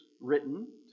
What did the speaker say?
written